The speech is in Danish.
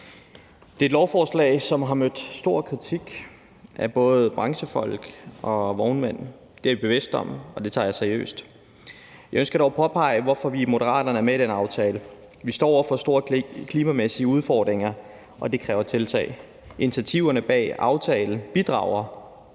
Det er et lovforslag, som har mødt stor kritik fra både branchefolk og vognmænd. Det er jeg bevidst om, og det tager jeg seriøst. Jeg ønsker dog at påpege, hvorfor vi i Moderaterne er med i den aftale. Vi står over for store klimamæssige udfordringer, og det kræver tiltag. Initiativerne bag aftalen bidrager